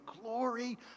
Glory